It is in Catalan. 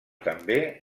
també